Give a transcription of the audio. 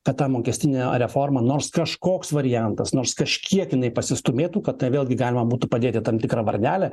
kad ta mokestinė reforma nors kažkoks variantas nors kažkiek jinai pasistūmėtų kad vėl galima būtų padėti tam tikrą varnelę